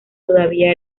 todavía